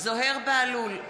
זוהיר בהלול,